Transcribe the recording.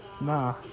Nah